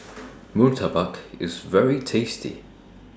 Murtabak IS very tasty